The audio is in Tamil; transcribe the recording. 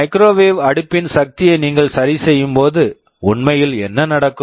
மைக்ரோவேவ் microwave அடுப்பின் சக்தியை நீங்கள் சரிசெய்யும்போது உண்மையில் என்ன நடக்கும்